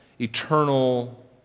eternal